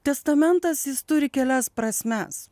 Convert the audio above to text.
testamentas jis turi kelias prasmes